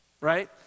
right